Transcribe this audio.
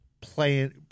playing